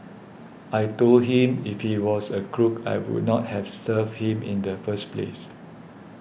I told him if he was a crook I would not have served him in the first place